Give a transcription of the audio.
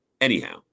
Anyhow